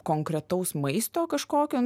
konkretaus maisto kažkokio